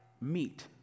meet